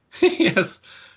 Yes